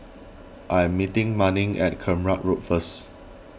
I am meeting Manning at Kramat Road first